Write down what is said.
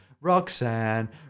Roxanne